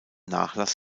nachlass